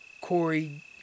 Corey